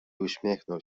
uśmiechnął